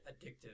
addictive